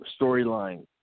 storyline